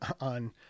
on